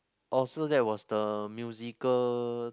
oh so that was the musical